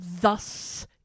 Thus